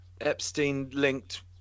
Epstein-linked